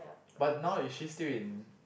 but now is she still in